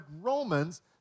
Romans